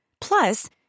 Plus